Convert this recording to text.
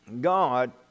God